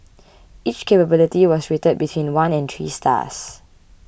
each capability was rated between one and three stars